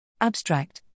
Abstract